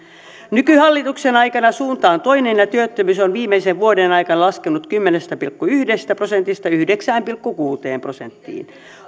nykyhallituksen aikana suunta on toinen ja työttömyys on viimeisen vuoden aikana laskenut kymmenestä pilkku yhdestä prosentista yhdeksään pilkku kuuteen prosenttiin